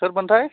सोरमोनथाय